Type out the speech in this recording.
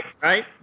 right